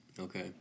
Okay